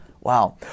Wow